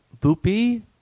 Boopy